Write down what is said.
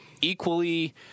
equally